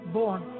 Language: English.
born